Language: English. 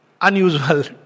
unusual